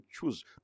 choose